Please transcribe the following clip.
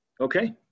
Okay